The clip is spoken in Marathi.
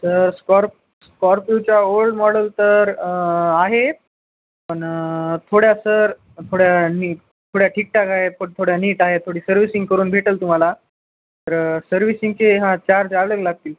तर स्कॉर्प स्कॉर्पियूच्या ओल्ड माॅडल तर आहे पण थोड्या सर थोड्या नी थोड्या ठीकठाक आहे पण थोड्या नीट आहे थोडी सर्व्हिसिंग करून भेटेल तुम्हाला तर सर्व्हिसिंगचे हा चार्ज अलग लागतील